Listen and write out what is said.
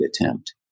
attempt